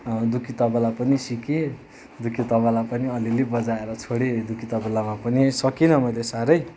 दुक्की तबला पनि सिकेँ दुक्की तबला पनि अलिअलि बजाएर छोडिदिएँ दुक्की तबलामा पनि सकिनँ मैले साह्रै